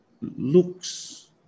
looks